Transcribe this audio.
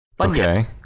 Okay